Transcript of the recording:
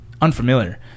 unfamiliar